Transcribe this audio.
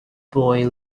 boy